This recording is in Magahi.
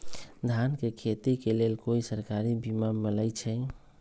धान के खेती के लेल कोइ सरकारी बीमा मलैछई?